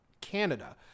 Canada